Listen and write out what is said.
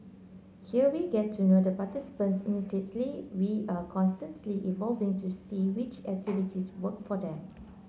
here we get to know the participants intimately we are constantly evolving to see which activities work for them